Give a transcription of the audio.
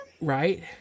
Right